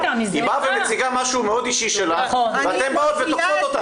היא באה ומציגה משהו מאוד אישי שלה ואתן תוקפות אותה.